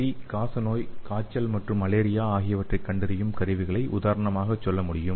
we காசநோய் காய்ச்சல் மற்றும் மலேரியா ஆகியவற்றை கண்டறியும் கருவிகளை உதாரணமாக சொல்ல முடியும்